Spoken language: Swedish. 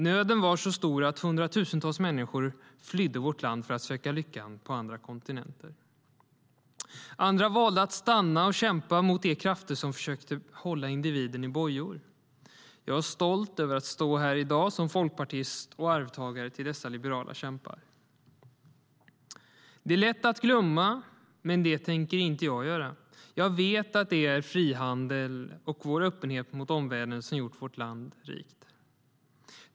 Nöden var så stor att hundratusentals människor flydde vårt land för att söka lyckan på andra kontinenter. Andra valde att stanna och kämpa mot de krafter som försökte hålla individen i bojor. Jag är stolt över att stå här i dag som folkpartist och arvtagare till dessa liberala kämpar. Det är lätt att glömma, men det tänker inte jag göra. Jag vet att det är frihandeln och vår öppenhet mot omvärlden som gjort vårt land rikt.